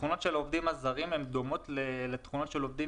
התכונות של העובדים הזרים דומות לתכונות של עובדים